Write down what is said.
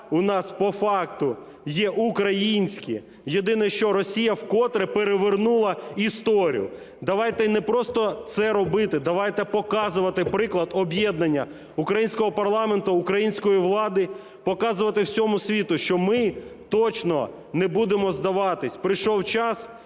у нас по-факту є українські, єдине, що Росія вкотре перевернула історію. Давайте не просто це робити, давайте показувати приклад об'єднання українського парламенту, української влади, показувати всьому світу, що ми точно не будемо здаватися. Прийшов час,